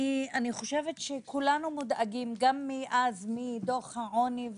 אני חושבת שכולנו מודאגים גם מדוח העוני.